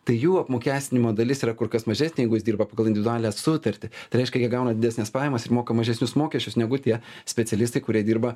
tai jų apmokestinimo dalis yra kur kas mažesnė jeigu jis dirba pagal individualią sutartį tai reiškia jie gauna didesnes pajamas ir moka mažesnius mokesčius negu tie specialistai kurie dirba